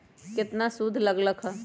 केतना सूद लग लक ह?